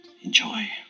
Enjoy